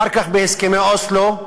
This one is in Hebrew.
אחר כך, בהסכמי אוסלו,